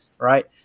right